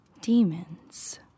Demons